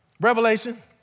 Revelation